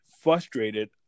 frustrated